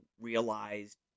realized